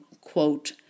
quote